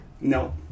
No